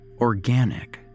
organic